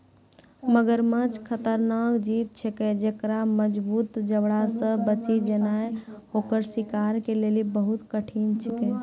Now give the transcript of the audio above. मगरमच्छ खतरनाक जीव छिकै जेक्कर मजगूत जबड़ा से बची जेनाय ओकर शिकार के लेली बहुत कठिन छिकै